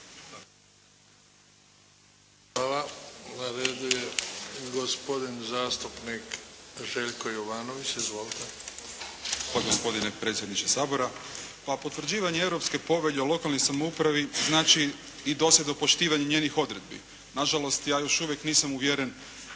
Hvala. Na redu je gospodin zastupnik Željko Jovanović. Izvolite. **Jovanović, Željko (SDP)** Poštovani gospodine predsjedniče Sabora. Pa potvrđivanje Europske povelje o lokalnoj samoupravi znači i dosljedno poštivanje njenih odredbi. Na žalost ja još uvijek nisam uvjeren